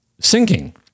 sinking